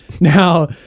Now